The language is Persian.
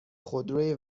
خودروی